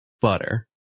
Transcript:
butter